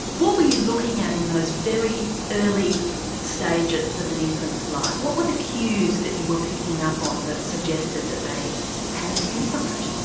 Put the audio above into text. what were you looking at in those very early stages of an infant's life, what were the cues that you were picking up on that suggested that they had a temperament?